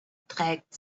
trägt